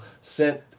sent